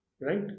right